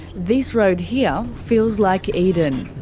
this road here feels like eden.